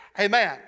Amen